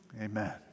amen